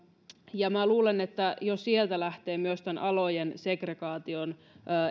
minä luulen että jo sieltä lähtee myös tämä alojen segregaation